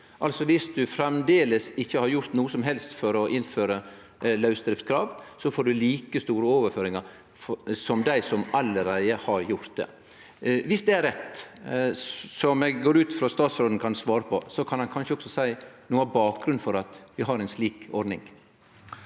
ein framleis ikkje har gjort noko som helst for å innføre lausdriftskrav, får ein like store overføringar som dei som allereie har gjort det. Om det er rett, som eg går ut frå at statsråden kan svare på, kan han kanskje også seie noko om bakgrunnen for at vi har ei slik ordning.